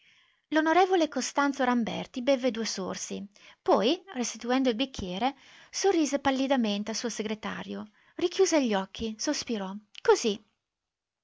l'on costanzo ramberti bevve due sorsi poi restituendo il bicchiere sorrise pallidamente al suo segretario richiuse gli occhi sospirò così